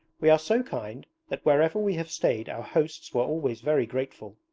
we are so kind that wherever we have stayed our hosts were always very grateful.